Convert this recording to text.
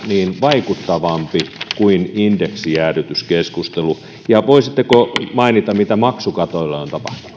vaikuttavampi kuin indeksijäädytys ja voisitteko mainita mitä maksukatoille on